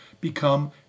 become